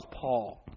Paul